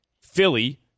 Philly